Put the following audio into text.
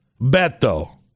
Beto